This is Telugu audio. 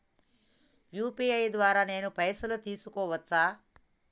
యూ.పీ.ఐ ద్వారా నేను పైసలు తీసుకోవచ్చా?